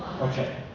Okay